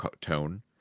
tone